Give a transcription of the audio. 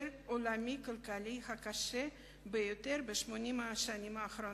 העולמי הכלכלי הקשה ביותר ב-80 השנים האחרונות.